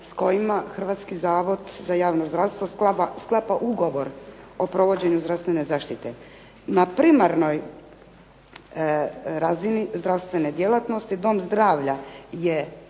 s kojima Hrvatski zavod za javno zdravstvo sklapa ugovor o provođenju zdravstvene zaštite. Na primarnoj razini zdravstvene djelatnosti dom zdravlja je